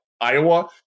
Iowa